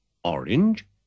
Orange